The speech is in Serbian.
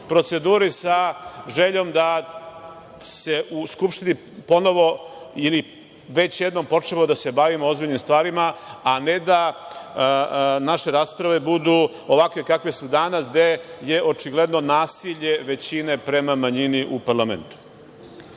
proceduri sa željom da se u Skupštini ponovo ili već jednom počnemo da se bavimo ozbiljnim stvarima, a ne da naše rasprave budu ovakve kakve su danas gde je očigledno nasilje većina prema manjini u parlamentu.